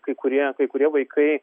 kai kurie kai kurie vaikai